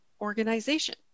organization